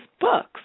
books